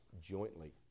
jointly